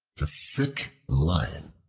the sick lion